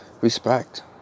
respect